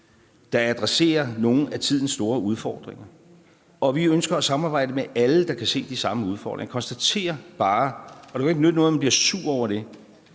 der adresserer nogle af tidens store udfordringer, og vi ønsker at samarbejde med alle, der kan se de samme udfordringer. Jeg konstaterer bare – og det kan jo ikke nytte noget, at man bliver sur over det